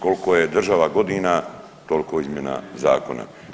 Koliko je država godina toliko je izmjena zakona.